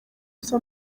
ubusa